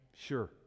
sure